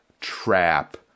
trap